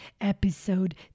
episode